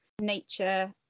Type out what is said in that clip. nature